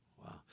Wow